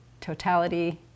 totality